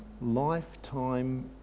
lifetime